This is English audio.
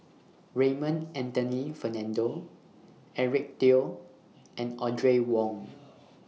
Raymond Anthony Fernando Eric Teo and Audrey Wong